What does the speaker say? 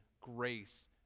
grace